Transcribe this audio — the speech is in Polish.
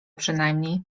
przynajmniej